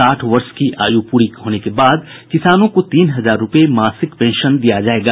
साठ वर्ष की आयु पूरी होने के बाद किसानों को तीन हजार रूपये मासिक पेंशन दिया जायेगा